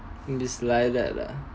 dislike that ah